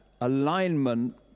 alignment